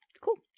Cool